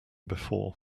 before